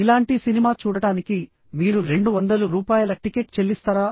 ఇలాంటి సినిమా చూడటానికి మీరు 200 రూపాయల టికెట్ చెల్లిస్తారా